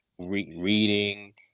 reading